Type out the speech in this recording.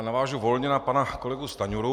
Navážu volně na pana kolegu Stanjuru.